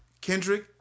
Kendrick